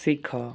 ଶିଖ